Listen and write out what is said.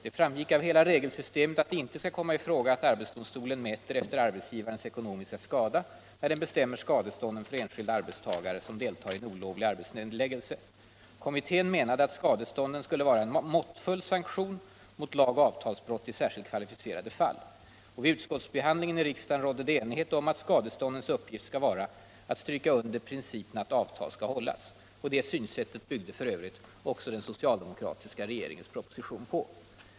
Det framgick av hela regelsystemet att det inte skall komma i fråga att arbetsdomstolen mäter efter arbetsgivarens ekonomiska skada, när den bestämmer skadestånden för enskilda arbetstagare som deltar i en olovlig arbetsnedläggelse. Kommittén menade att skadestånden skulle vara en måttfull sanktion mot lagoch avtalsbrott i särskilt kvalificerade fall. Vid utskottsbehandlingen i riksdagen rådde det enighet om att skadeståndens uppgift skall vara att stryka under principen att avtal skall hållas. Det synsättet byggde f. ö. också den socialdemokratiska regeringens proposition på.